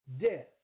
Death